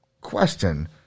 question